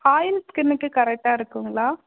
oil ஸ்கின்க்கு கரெக்டாக இருக்குதுங்களா